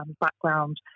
background